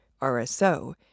RSO